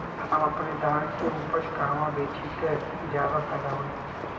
हम अपने धान के उपज कहवा बेंचि त ज्यादा फैदा होई?